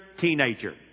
teenager